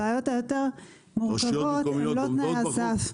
הבעיות היותר מורכבות הן לא תנאי הסף.